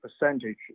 percentage